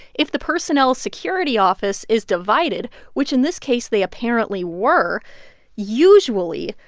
if the personnel security office is divided which, in this case, they apparently were usually,